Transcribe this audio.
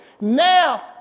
Now